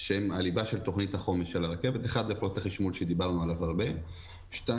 שהם הליבה של תכנית החומש: פרויקט החשמול שדיברנו עליו הרבה; הפרויקט